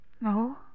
No